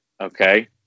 okay